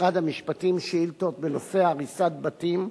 למשרד המשפטים שאילתות בנושא הריסת בתים,